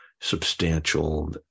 substantial